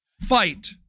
fight